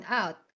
out